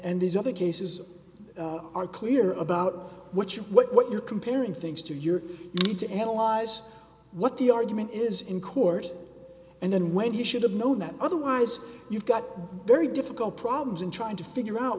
and these other cases are clear about what you what what you're comparing things to your need to analyze what the argument is in court and then when he should have know that otherwise you've got a very difficult problems in trying to figure out